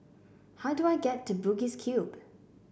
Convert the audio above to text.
how do I get to Bugis Cube